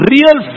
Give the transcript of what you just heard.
Real